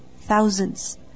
thousands